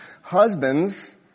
Husbands